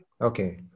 Okay